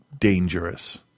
dangerous